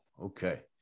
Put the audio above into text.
Okay